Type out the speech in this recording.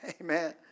amen